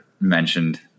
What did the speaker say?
mentioned